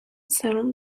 سرم